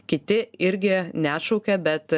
kiti irgi neatšaukia bet